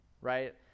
right